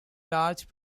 large